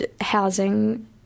housing